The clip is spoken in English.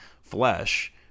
flesh